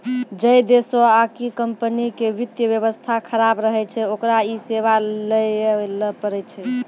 जै देशो आकि कम्पनी के वित्त व्यवस्था खराब रहै छै ओकरा इ सेबा लैये ल पड़ै छै